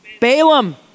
Balaam